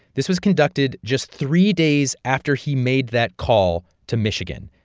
this was conducted just three days after he made that call to michigan.